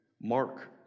Mark